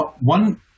one –